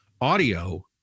Audio